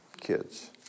kids